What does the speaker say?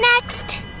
Next